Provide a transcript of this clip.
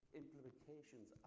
implications